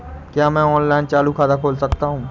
क्या मैं ऑनलाइन चालू खाता खोल सकता हूँ?